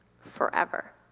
forever